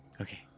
Okay